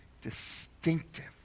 distinctive